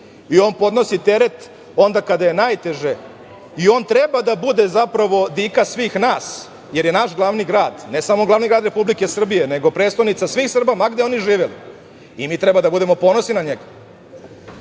On podnosi teret onda kada je najteže i on treba da bude zapravo dika svih nas, jer je naš glavni grad, ne samo glavni grad Republike Srbije, nego prestonica svih Srba, ma gde oni živeli, i mi treba da budemo ponosni na njega.